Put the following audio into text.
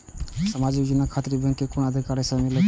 समाजिक योजना खातिर बैंक के कुन अधिकारी स मिले परतें?